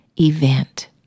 event